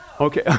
Okay